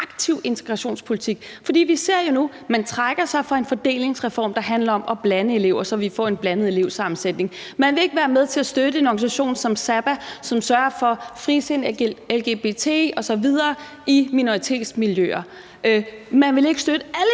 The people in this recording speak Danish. smule mere aktiv. For vi ser jo nu, at man trækker sig fra en fordelingsreform, der handler om at blande elever, så vi får en blandet elevsammensætning; man vil ikke være med til at støtte en organisation som Sabaah, som sørger for frisind i forhold til lgbt osv. i minoritetsmiljøer; man vil ikke støtte alle